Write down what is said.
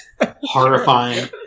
horrifying